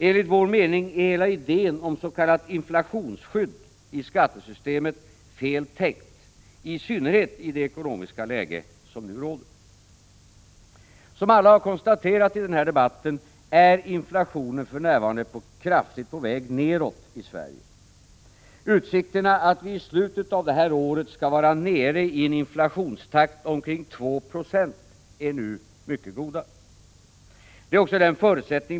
Enligt vår mening är hela idén om s.k. inflationsskydd i skattesystemet fel tänkt, i synnerhet i det ekonomiska läge som nu råder. Som alla har konstaterat i den här debatten är inflationen för närvarande kraftigt på väg neråt i Sverige. Utsikterna att vi i slutet av det här året kan ha en inflationstakt omkring 2 Ze är mycket goda.